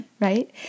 right